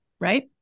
Right